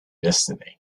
destiny